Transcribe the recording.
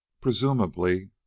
presumably